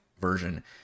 version